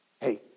Hey